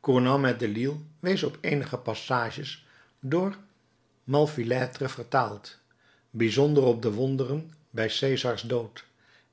cournand met delille wees op eenige passages door malfilâtre vertaald bijzonder op de wonderen bij cesars dood